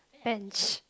bench